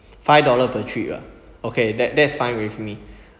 five dollar per trip ah okay that that is fine with me